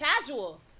casual